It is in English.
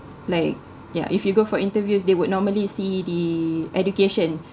like yeah if you go for interviews they would normally see the education